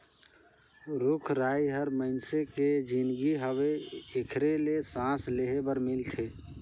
रुख राई हर मइनसे के जीनगी हवे एखरे ले सांस लेहे बर मिलथे